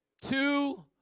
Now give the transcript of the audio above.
Two